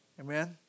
Amen